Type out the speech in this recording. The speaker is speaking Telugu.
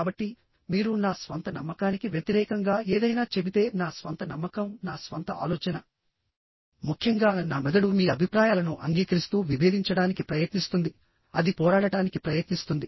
కాబట్టి మీరు నా స్వంత నమ్మకానికి వ్యతిరేకంగా ఏదైనా చెబితే నా స్వంత నమ్మకం నా స్వంత ఆలోచన ముఖ్యంగా నా మెదడు మీ అభిప్రాయాలను అంగీకరిస్తూ విభేదించడానికి ప్రయత్నిస్తుందిఅది పోరాడటానికి ప్రయత్నిస్తుంది